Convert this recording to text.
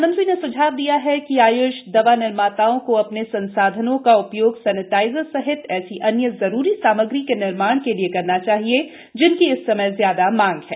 प्रधानमंत्री ने स्झाव दिया कि आयुष दवा निर्माताओं को अपने संसाधनों का उपयोग सेनिटाइजर सहित ऐसी अन्य जरूरी सामग्री के निर्माण के लिए करना चाहिए जिनकी इस समय ज्यादा मांग है